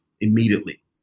immediately